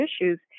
issues